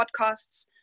podcasts